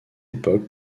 époque